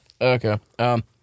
Okay